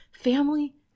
family